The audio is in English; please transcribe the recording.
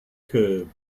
curve